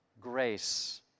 grace